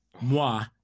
Moi